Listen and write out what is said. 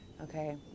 okay